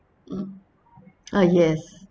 mm uh yes